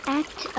act